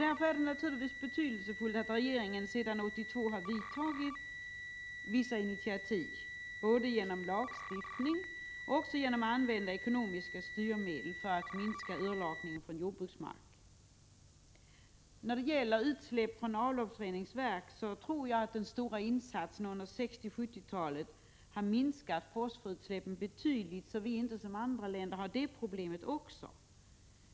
Därför är det naturligtvis betydelsefullt att regeringen sedan 1982 har tagit vissa initiativ genom lagstiftning och genom användande av ekonomiska styrmedel för att minska urlakningen från jordbruksmark. När det gäller utsläpp från avloppsreningsverk tror jag att den stora insatsen under 1960 och 1970-talet har lett till att fosforutsläppen har minskat betydligt. Därför har inte vi, som andra länder, också detta problem.